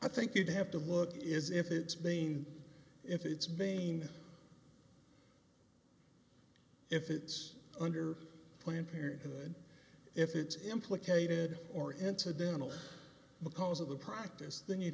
i think you'd have to look at is if it's mean if it's main if it's under planned parenthood if it's implicated or into dental because of the practice then you'd